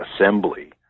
assembly